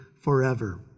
forever